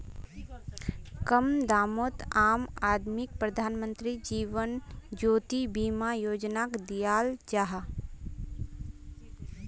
कम दामोत आम आदमीक प्रधानमंत्री जीवन ज्योति बीमा योजनाक दियाल जाहा